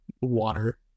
water